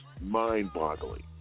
mind-boggling